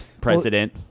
president